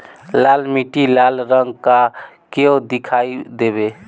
लाल मीट्टी लाल रंग का क्यो दीखाई देबे?